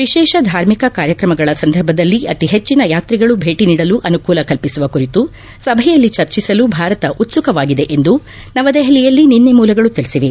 ವಿಶೇಷ ಧಾರ್ಮಿಕ ಕಾರ್ಯಕ್ರಮಗಳ ಸಂದರ್ಭದಲ್ಲಿ ಅತಿ ಹೆಚ್ಚಿನ ಯಾತ್ರಿಗಳು ಭೇಟಿ ನೀಡಲು ಅನುಕೂಲ ಕಲ್ಪಿಸುವ ಕುರಿತು ಸಭೆಯಲ್ಲಿ ಚರ್ಚಿಸಲು ಭಾರತ ಉತ್ಸುಕವಾಗಿದೆ ಎಂದು ನವದೆಹಲಿಯಲ್ಲಿ ನಿನ್ನೆ ಮೂಲಗಳು ತಿಳಿಸಿವೆ